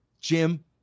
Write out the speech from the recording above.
Jim